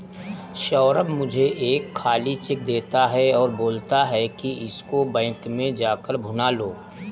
सौरभ मुझे एक खाली चेक देता है और बोलता है कि इसको बैंक में जा कर भुना लो